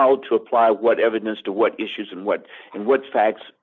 how to apply what evidence to what issues and what and what facts